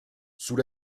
sous